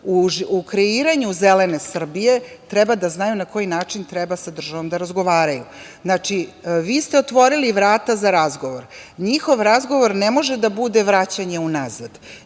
u kreiranju zelene Srbije treba da znaju na koji način treba sa državom da razgovaraju. Znači, vi ste otvorili vrata za razgovor. Njihov razgovor ne može da bude vraćanje unazad.